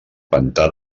pantà